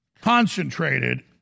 concentrated